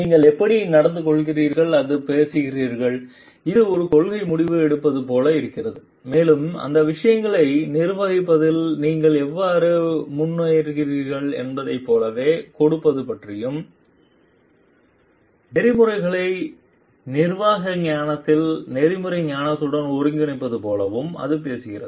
நீங்கள் எப்படி நடந்து கொள்கிறீர்கள் அல்லது பேசுகிறீர்கள் அது ஒரு கொள்கை முடிவு எடுப்பது போல் இருக்கிறது மேலும் அந்த விஷயங்களை நிர்வகிப்பதில் நீங்கள் எவ்வாறு முன்னேறுகிறீர்கள் என்பதைப் போலவே கொடுப்பது பற்றியும் நெறிமுறைகளை நிர்வாக ஞானத்தில் நெறிமுறை ஞானத்துடன் ஒருங்கிணைப்பது போலவும் அது பேசுகிறது